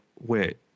wait